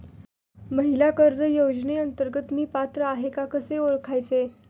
महिला कर्ज योजनेअंतर्गत मी पात्र आहे का कसे ओळखायचे?